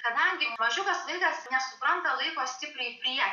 kadangi mažiukas vaikas nesupranta laiko stipriai prie